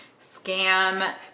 scam